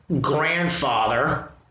grandfather